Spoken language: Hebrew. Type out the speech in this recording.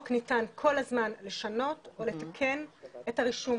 ניתן כל הזמן לשנות או לתקן את הרישום.